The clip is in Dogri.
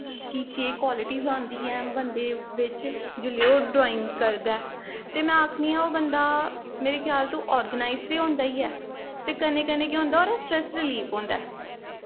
कि केह् क्वालटिस आंदी ऐ बंदे बिच्च जिसलै ओह् ड्राईंग करदा ऐ ते में आखनी आं ओह् बंदा मेरे ख्याल तू आर्गनाईज़ तो होंदा ही ऐ ते कन्नै कन्नै केह् होंदा ओह्दा स्ट्रैस रलीफ होंदा ऐ